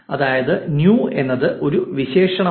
അതായത് ന്യൂ എന്നത് ഒരു വിശേഷണമാണ്